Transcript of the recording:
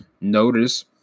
notice